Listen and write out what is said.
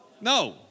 No